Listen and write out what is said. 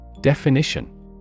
Definition